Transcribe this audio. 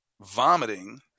vomiting